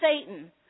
Satan